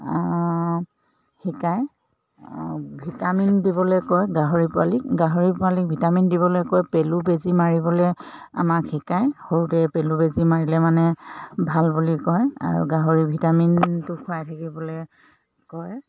শিকায় ভিটামিন দিবলৈ কয় গাহৰি পোৱালিক গাহৰি পোৱালিক ভিটামিন দিবলৈ কয় পেলু বেজী মাৰিবলৈ আমাক শিকায় সৰুতে পেলু বেজি মাৰিলে মানে ভাল বুলি কয় আৰু গাহৰি ভিটামিনটো খুৱাই থাকিবলৈ কয়